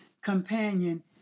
companion